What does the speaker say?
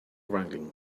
wrangling